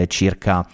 circa